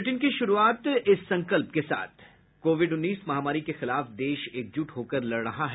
bulletin की शुरूआत इस संकल्प के साथ कोविड उन्नीस महामारी के खिलाफ देश एकजुट होकर लड़ रहा है